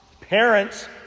parents